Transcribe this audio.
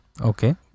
Okay